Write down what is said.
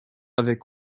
avec